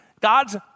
God's